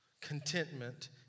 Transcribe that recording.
Contentment